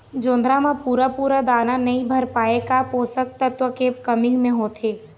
जोंधरा म पूरा पूरा दाना नई भर पाए का का पोषक तत्व के कमी मे होथे?